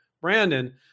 Brandon